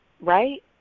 Right